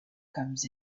comes